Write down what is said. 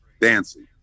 dancing